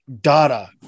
data